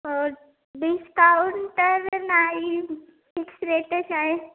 हो डिस्काउंट तर नाही फिक्स रेटच आहे